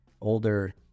older